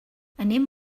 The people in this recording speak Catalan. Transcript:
anem